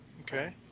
Okay